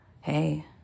hey